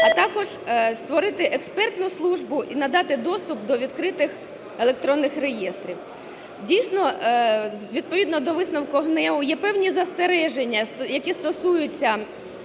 А також створити експертну службу і надати доступ до відкритих електронних реєстрів. Дійсно, відповідно до висновку ГНЕУ є певні застереження, які стосуються